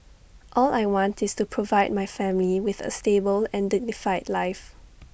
all I want is to provide my family with A stable and dignified life